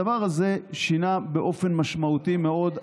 הדבר הזה שינה באופן משמעותי מאוד,